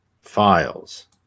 files